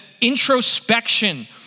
introspection